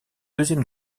deuxième